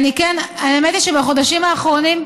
האמת היא שבחודשים האחרונים,